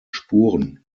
spuren